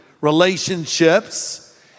relationships